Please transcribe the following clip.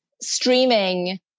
streaming